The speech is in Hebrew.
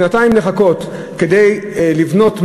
שנתיים לחכות כדי לבנות משהו,